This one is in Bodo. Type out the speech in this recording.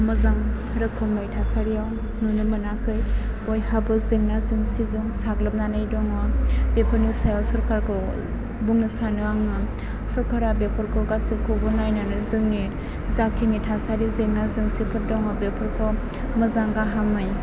मोजां रोखोमै थासारियाव नुनो मोनाखै बयहाबो जेंना जेंसिजों साग्लोबनानै दङ बेफोरनि सायाव सरखारखौ बुंनो सानो आङो सोरखारा बेफोरखौ गासैखौबो नायनानै जोंनि जाखिनि थासारि जेंना जेंसिफोर दङ बेफोरखौ मोजां गाहामै